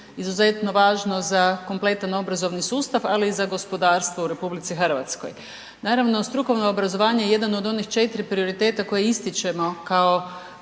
izuzetno važno za kompletan obrazovni sustav, ali i za gospodarstvo u RH. Naravno, strukovno obrazovanje je jedan od onih 4 prioriteta koji ističemo kao